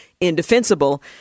indefensible